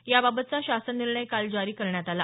याबाबतचा शासन निर्णय काल जारी करण्यात आला